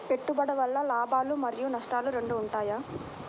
పెట్టుబడి వల్ల లాభాలు మరియు నష్టాలు రెండు ఉంటాయా?